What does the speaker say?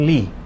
Lee